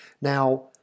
Now